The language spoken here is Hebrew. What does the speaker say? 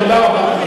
תודה רבה.